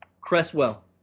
Cresswell